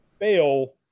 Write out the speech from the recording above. fail